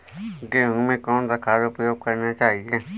गेहूँ में कौन सा खाद का उपयोग करना चाहिए?